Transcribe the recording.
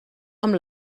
amb